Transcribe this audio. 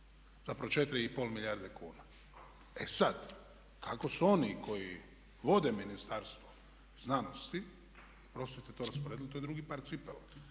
zapravo 4,5 milijarde kuna. E sad ako su oni koji vode ministarstvo znanosti i prosvjete to rasporedili to je drugi par cipela.